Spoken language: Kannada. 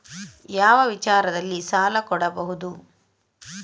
ಯಾವ ವಿಚಾರದಲ್ಲಿ ಸಾಲ ಕೊಡಬಹುದು?